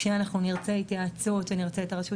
כשאנחנו נרצה התייעצות ונרתה את הרשות